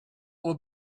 would